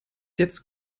jetzt